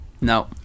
No